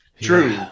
True